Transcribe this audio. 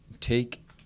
take